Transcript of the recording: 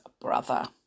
brother